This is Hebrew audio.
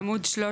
עמוד 13